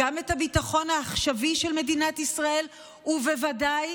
גם את הביטחון העכשווי של מדינת ישראל, ובוודאי